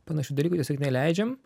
panašių dalykų tiesiog neįleidžiam